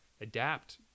adapt